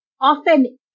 often